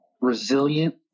resilient